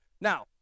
Now